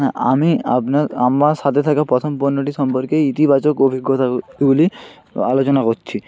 হ্যাঁ আমি আপনার আমার সাথে থাকা প্রথম পণ্যটির সম্পর্কে ইতিবাচক অভিজ্ঞতাগুলি আলোচনা করছি